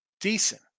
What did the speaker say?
decent